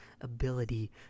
ability